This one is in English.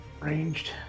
Ranged